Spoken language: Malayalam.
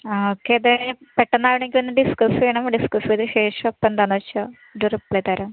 ആ ഓക്കെ പെട്ടെന്ന് ആയതുകൊണ്ട് ഒന്ന് ഡിസ്ക്കസ്സ് ചെയ്യണം ഡിസ്കസ് ചെയ്ത ശേഷം അപ്പം എന്താണെന്ന് വെച്ചാൽ ഒരു റിപ്ലെ തരാം